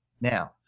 Now